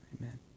Amen